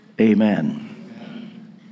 Amen